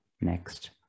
next